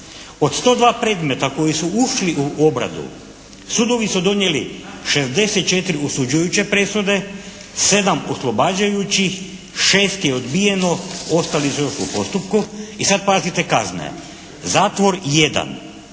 Od 102 predmeta koji su ušli u obradu sudovi su donijeli 64 osuđujuće presude, 7 oslobađajućih, 6 je odbijeno. Ostali su još u postupku. I sad pazite kazne. Zatvor 1.